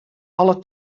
alle